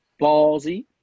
ballsy